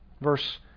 verse